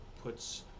puts